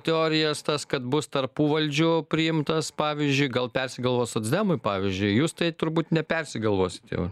teorijas tas kad bus tarpuvaldžiu priimtas pavyzdžiui gal persigalvos socdemai pavyzdžiui jūs tai turbūt nepersigalvosit jau